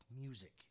music